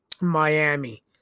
Miami